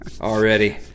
already